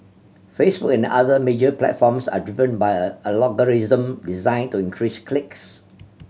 Facebook and other major platforms are driven by a algorithm designed to increase clicks